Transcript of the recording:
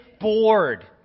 bored